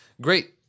great